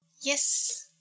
Yes